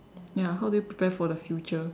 ya how do you prepare for the future